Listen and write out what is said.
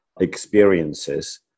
experiences